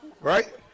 Right